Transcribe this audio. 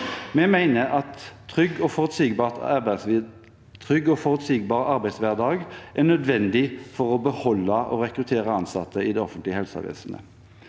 Vi mener at trygg og forutsigbar arbeidshverdag er nødvendig for å beholde og rekruttere ansatte i det offentlige helsevesenet.